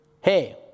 Hey